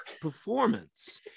performance